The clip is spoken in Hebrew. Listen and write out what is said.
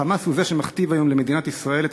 ה"חמאס" הוא זה שמכתיב היום למדינת ישראל את